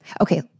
Okay